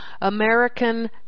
American